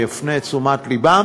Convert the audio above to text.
שיפנה את תשומת לבם: